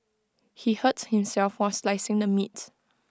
he hurt himself while slicing the meat